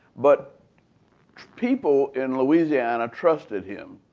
but people in louisiana trusted him.